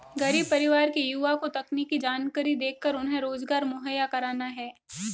गरीब परिवार के युवा को तकनीकी जानकरी देकर उन्हें रोजगार मुहैया कराना है